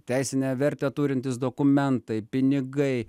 teisinę vertę turintys dokumentai pinigai